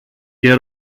και